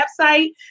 website